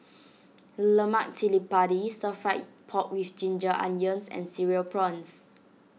Lemak Cili Padi Stir Fry Pork with Ginger Onions and Cereal Prawns